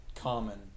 common